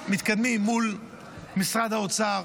מתקדמים מול משרד האוצר.